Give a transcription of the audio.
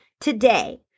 today